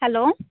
hello